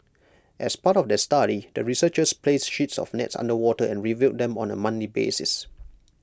as part of their study the researchers placed sheets of nets underwater and reviewed them on A monthly basis